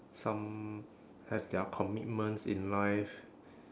some have their commitments in life